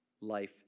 life